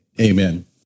amen